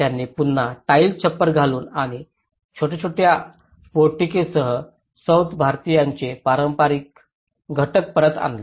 त्यांनी पुन्हा टाइल छप्पर घालून आणि छोट्या छोट्या पोर्टिकोसह सौथ भारतीयांचे पारंपारिक घटक परत आणले